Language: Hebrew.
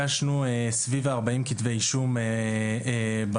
נגשנו סביב 4- כתבי אישום בשלוש,